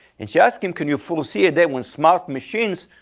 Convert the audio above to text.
and she asked him, can you foresee a day when smart machines,